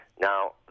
Now